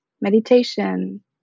meditation